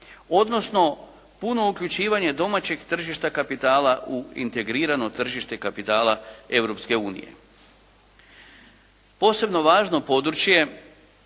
odnosno puno uključivanje domaćeg tržišta kapitala u integrirano tržište kapitala Europske unije. Posebno važno područje